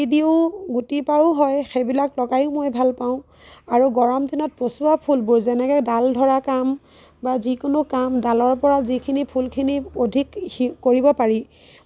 গুটি দিওঁ গুটিৰ পৰাও হয় সেইবিলাক লগায়ো মই ভাল পাওঁ আৰু গৰম দিনত পচোৱা ফুলবোৰ যেনেকৈ ডাল ধৰা কাম বা যিকোনো কাম ডালৰ পৰা যিখিনি ফুলখিনি অধিক সি কৰিব পাৰি